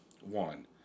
one